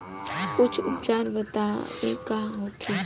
कुछ उपचार बताई का होखे?